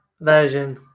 version